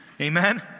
Amen